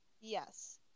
Yes